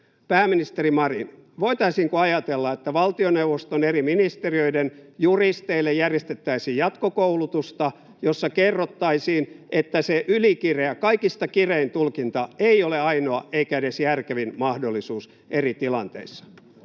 Pääministeri Marin, voitaisiinko ajatella, että valtioneuvoston eri ministeriöiden juristeille järjestettäisiin jatkokoulutusta, jossa kerrottaisiin, että se ylikireä, kaikista kirein, tulkinta ei ole ainoa eikä edes järkevin mahdollisuus eri tilanteissa?